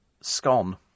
scone